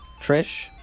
Trish